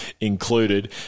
included